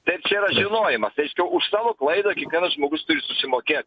ir čia yra žinojimas reiškia už savo klaidą kiekvienas žmogus turi susimokėt